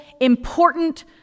important